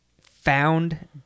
found